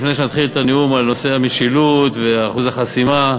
לפני שנתחיל את הנאום על נושא המשילות ואחוז החסימה,